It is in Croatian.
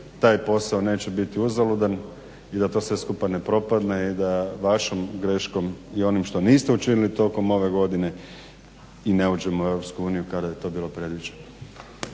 taj posao neće biti uzaludan i da to sve skupa ne propadne i da vašom greškom i onim što niste učinili tokom ove godine i ne uđemo u EU kada je to bilo predviđeno.